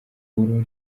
buri